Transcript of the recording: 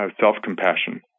self-compassion